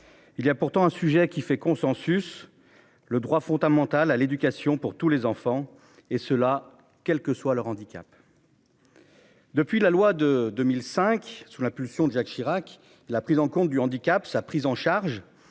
Il y a pourtant un sujet qui fait consensus. Le droit fondamental à l'éducation pour tous les enfants et cela quel que soit leur handicap.-- Depuis la loi de 2005 sous l'impulsion de Jacques Chirac. La prise en compte du handicap sa prise en charge